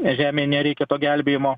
žemei nereikia to gelbėjimo